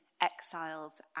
exiles